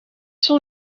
sont